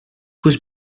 was